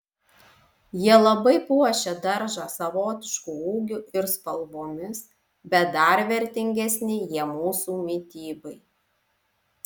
jie labai puošia daržą savotišku ūgiu ir spalvomis bet dar vertingesni jie mūsų mitybai